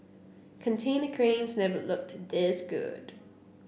container cranes never looked this good